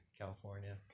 California